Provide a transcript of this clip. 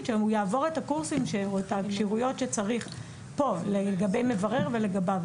שהוא יעבור את הכשירויות שצריך פה לגבי מברר ולגביו,